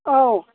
औ